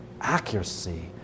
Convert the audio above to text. accuracy